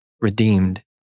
redeemed